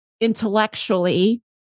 intellectually